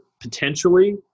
potentially